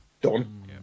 done